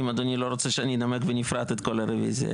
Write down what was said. אם אדוני לא רוצה שאני אנמק בנפרד את כל הרביזיות,